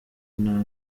nta